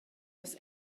was